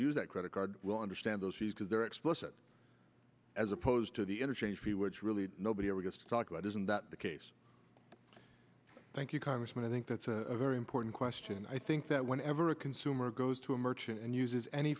use that credit card will understand those fees because they're explicit as opposed to the interchange fee which really nobody ever gets to talk about isn't that the case thank you congressman i think that's a very important question and i think that whenever a consumer goes to a merchant and uses any